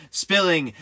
spilling